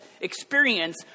experience